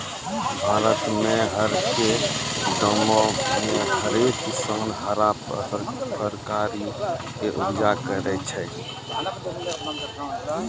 भारत मे हरेक गांवो मे हरेक किसान हरा फरकारी के उपजा करै छै